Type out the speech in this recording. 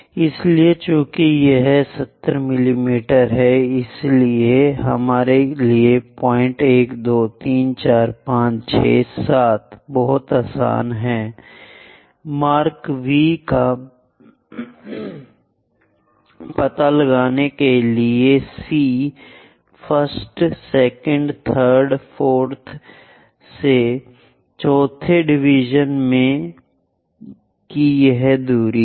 इसलिए चूँकि यह 70 मिमी का है इसलिए हमारे लिए पॉइंट 1 2 3 4 5 6 7 बहुत आसान है मार्क V का पता लगाना के लिए C 1st 2nd 3rd 4th से चौथे डिवीजन में की यह दूरी है